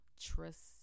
trust